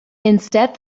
instead